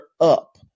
up